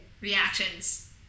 Reactions